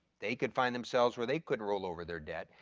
they could find themselves where they could roll over their debt.